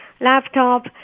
laptop